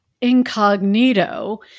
incognito